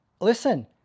listen